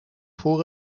voor